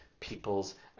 people's